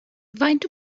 faint